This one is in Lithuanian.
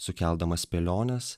sukeldamas spėliones